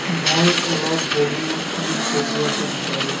মই অলপ বলিউড গীত বজোৱাটো বিচাৰোঁ